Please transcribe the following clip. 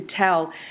tell